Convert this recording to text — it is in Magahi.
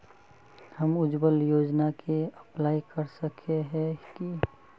हम उज्वल योजना के अप्लाई कर सके है की?